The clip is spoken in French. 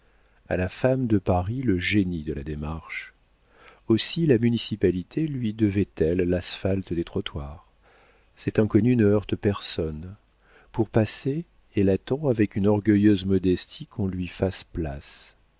a la femme de paris le génie de la démarche aussi la municipalité lui devait-elle l'asphalte des trottoirs cette inconnue ne heurte personne pour passer elle attend avec une orgueilleuse modestie qu'on lui fasse place